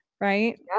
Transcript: Right